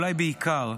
אולי בעיקר,